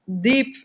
deep